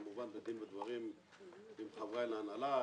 כמובן בדין ודברים עם חברי ההנהלה,